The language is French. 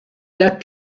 lac